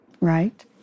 right